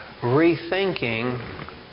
rethinking